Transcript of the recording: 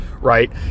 right